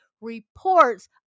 reports